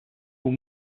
aux